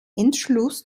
entschluss